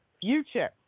future